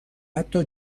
حتی